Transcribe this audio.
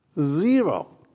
Zero